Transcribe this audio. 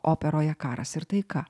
operoje karas ir taika